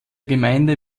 gemeinde